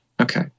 Okay